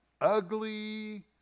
ugly